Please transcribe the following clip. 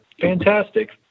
fantastic